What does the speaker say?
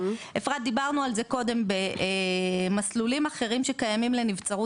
אפרת דיברנו על זה קודם במסלולים אחרים שקיימים לנבצרות